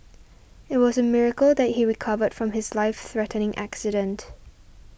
it was a miracle that he recovered from his life threatening accident